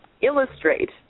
illustrate